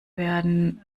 werden